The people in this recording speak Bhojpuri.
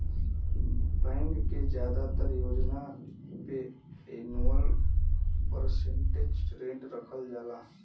बैंक के जादातर योजना पे एनुअल परसेंटेज रेट रखल जाला